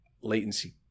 latency